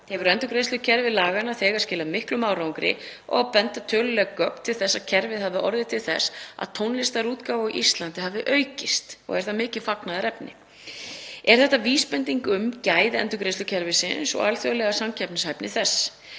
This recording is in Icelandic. Hefur endurgreiðslukerfi laganna þegar skilað miklum árangri og benda töluleg gögn til þess að kerfið hafi orðið til þess að tónlistarútgáfa á Íslandi hafi aukist og er það mikið fagnaðarefni. Er þetta vísbending um gæði endurgreiðslukerfisins og alþjóðlega samkeppnishæfni þess.